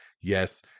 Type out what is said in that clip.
yes